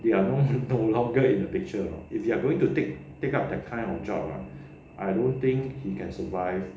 they are no longer in the picture if you are going to take take up that kind of job ah I don't think you can survive